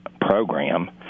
program